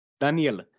Daniel